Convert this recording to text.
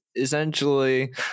essentially